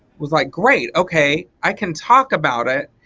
was like great okay, i can talk about it.